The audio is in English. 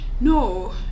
No